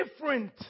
different